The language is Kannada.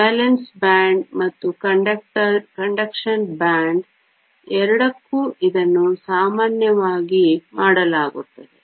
ವೇಲೆನ್ಸ್ ಬ್ಯಾಂಡ್ ಮತ್ತು ವಾಹಕ ಬ್ಯಾಂಡ್ ಎರಡಕ್ಕೂ ಇದನ್ನು ಸಾಮಾನ್ಯವಾಗಿ ಮಾಡಲಾಗುತ್ತದೆ